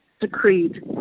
decreed